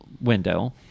window